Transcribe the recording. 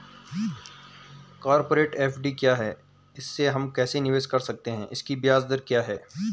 Corporate FD क्या है इसमें हम कैसे निवेश कर सकते हैं इसकी ब्याज दर क्या है?